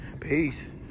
peace